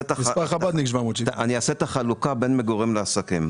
את החלוקה בין מגורים לבין עסקים.